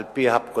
על-פי החוק